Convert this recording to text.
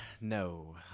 No